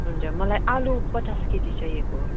हुन्छ मलाई आलु पचास केजी चाहिएको